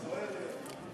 אז זוהיר לידי.